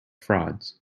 frauds